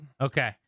Okay